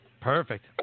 Perfect